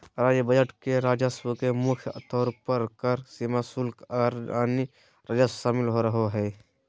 राज्य बजट के राजस्व में मुख्य तौर पर कर, सीमा शुल्क, आर अन्य राजस्व शामिल रहो हय